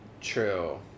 True